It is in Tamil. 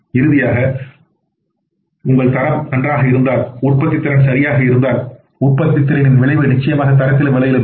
இறுதியாக உங்கள் தரம் நன்றாக இருந்தால் உற்பத்தித்திறன் சரியாக இருந்தால் உற்பத்தித்திறனின் விளைவு நிச்சயமாக தரத்திலும் விலையிலும் இருக்கும்